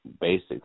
basics